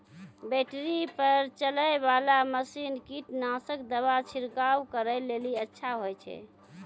Battery पर चलै वाला मसीन कीटनासक दवा छिड़काव करै लेली अच्छा होय छै?